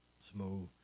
Smooth